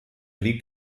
liegt